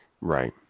right